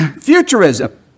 Futurism